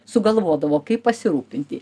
sugalvodavo kaip pasirūpinti